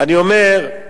אני אומר,